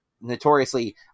notoriously